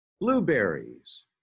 blueberries